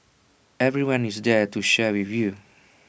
everyone is there to share with you